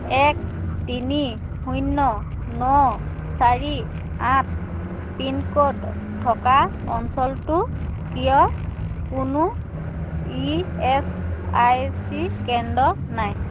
এক তিনি শূন্য ন চাৰি আঠ পিন ক'ড থকা অঞ্চলটোত কিয় কোনো ই এচ আই চি কেন্দ্র নাই